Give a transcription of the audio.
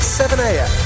7am